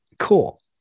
Cool